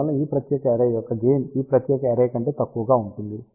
అందువల్ల ఈ ప్రత్యేక అర్రే యొక్క గెయిన్ ఈ ప్రత్యేక అర్రే కంటే తక్కువగా ఉంటుంది